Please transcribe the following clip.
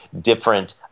different